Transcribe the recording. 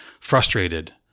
frustrated